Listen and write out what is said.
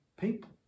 people